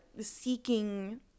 seeking